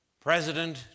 president